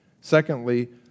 Secondly